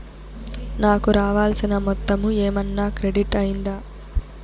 నాకు రావాల్సిన మొత్తము ఏమన్నా క్రెడిట్ అయ్యిందా